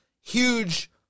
huge